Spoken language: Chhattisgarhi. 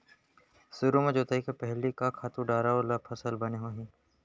सुरु म जोताई के पहिली का खातू डारव त फसल बने होही?